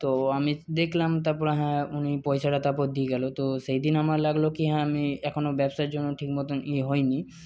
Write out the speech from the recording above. তো আমি দেখলাম তারপর হ্যাঁ উনি পয়সাটা তারপর দিয়ে গেল তো সেই দিন আমার লাগলো কি হ্যাঁ আমি এখনো ব্যবসার জন্য ঠিক মতন ইয়ে হই নি